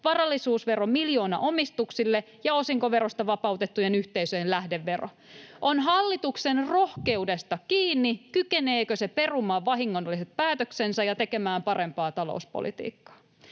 varallisuusvero miljoonaomistuksille ja osinkoverosta vapautettujen yhteisöjen lähdevero. On hallituksen rohkeudesta kiinni, kykeneekö se perumaan vahingolliset päätöksensä ja tekemään parempaa talouspolitiikkaa.